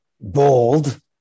bold